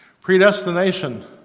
Predestination